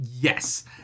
Yes